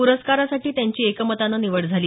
प्रस्कारासाठी त्यांची एकमतानं निवड झाली